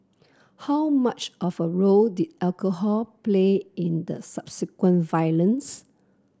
how much of a role did alcohol play in the subsequent violence